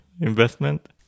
investment